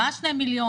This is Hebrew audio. מה 2 מיליון?